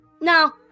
Now